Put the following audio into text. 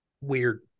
Weird